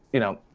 you know,